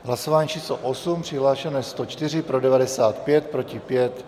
Hlasování číslo 8, přihlášeno je 104, pro 95, proti 5.